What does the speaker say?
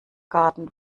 garten